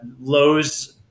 Lowe's